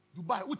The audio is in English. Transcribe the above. Dubai